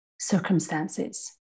circumstances